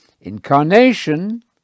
Incarnation